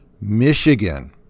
Michigan